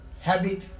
habit